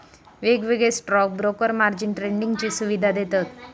वेगवेगळे stock broker margin ट्रेडिंगची सुवीधा देतत